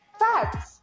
facts